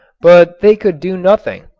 but they could do nothing,